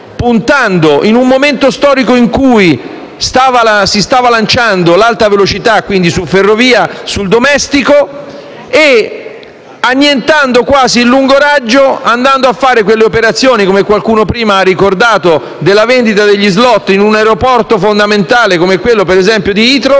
puntando, in un momento storico in cui si stava lanciando l'alta velocità (quindi, la ferrovia), sul domestico e annientando quasi il lungo raggio, andando a fare quelle operazioni, come qualcuno prima ha ricordato, della vendita degli *slot* in un aeroporto fondamentale come, per esempio, quello